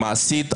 מעשית,